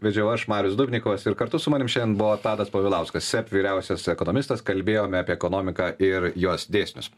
vedžiau aš marius dubnikovas ir kartu su manim šiandien buvo tadas povilauskas seb vyriausias ekonomistas kalbėjome apie ekonomiką ir jos dėsnius